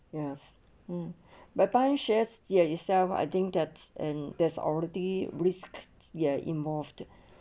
yes mm by bank shares ya itself I think that's and there's order the risks ya involved